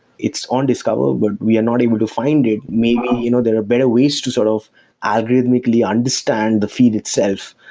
it's on discover, but we are not able to find it. maybe you know there are better ways to sort of algorithmically understand the feed itself.